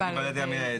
בעלי הדעה המייעצת.